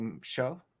show